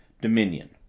Dominion